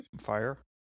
fire